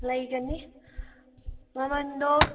ꯂꯩꯒꯅꯤ ꯃꯃꯜꯗꯣ